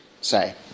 say